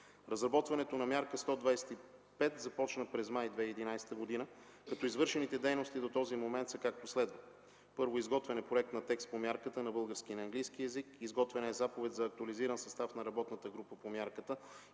Разработването на Мярка 125 започна през месец май 2011 г., като извършените дейности до този момент са, както следва: - изготвяне на проект по текст на мярката – на български и английски език; - изготвяне на заповед за актуализиран състав на работната група по мярката